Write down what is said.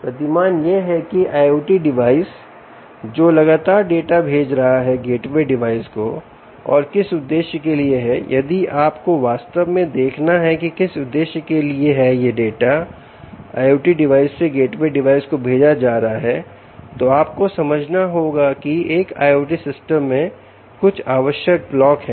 प्रतिमान यह है की IoT डिवाइस जो लगातार डाटा भेज रहा है गेटवे डिवाइस को और किस उद्देश्य के लिए है यदि आपको वास्तव में देखना है कि किस उद्देश्य के लिए है यह डाटा IoT डिवाइस से gateway डिवाइस को भेजा जा रहा है तो आप को समझना होगा की एक IoT सिस्टम में कुछ आवश्यक ब्लॉक हैं